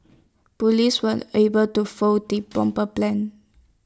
Police were able to foil the bomber's plans